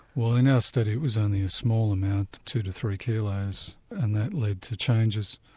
well in our study it was only a small amount, two to three kilos and that led to changes.